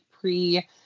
pre